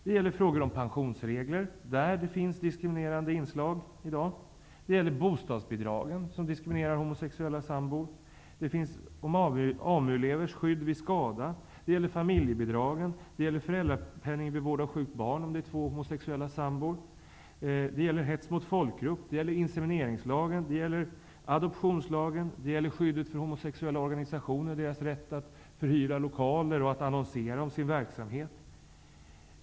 Det gäller frågor om pensionsregler, där det finns diskriminerande inslag. Det gäller bostadsbidragen, där homosexuella sambor diskrimineras. Det gäller skydd till AMU-elever vid skada. Det gäller familjebidrag. Det gäller föräldrapenning vid vård av sjukt barn där det finns två homosexuella sambor. Det gäller hets mot folkgrupp. Det gäller inseminationslagen, adoptionslagen, skyddet för organisationer för homosexuella och deras rätt att förhyra lokaler och att annonsera om sin verksamhet.